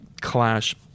clash